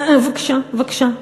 בבקשה, בבקשה.